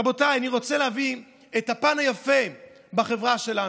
רבותיי, אני רוצה להביא את הפן היפה בחברה שלנו,